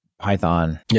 Python